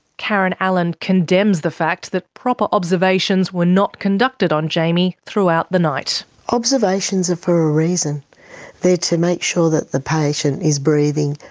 karen allen condemns the fact that proper observations were not conducted on jaimie throughout the night. observations are for a reason they're to make sure that the patient is breathing,